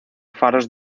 faros